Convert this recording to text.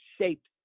shaped